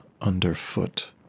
underfoot